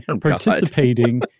participating